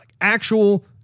actual